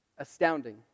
astounding